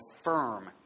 firm